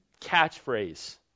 catchphrase